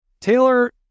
taylor